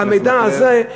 המידע הזה,